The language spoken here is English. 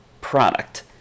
product